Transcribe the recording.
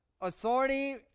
Authority